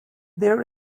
there